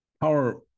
power